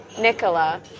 Nicola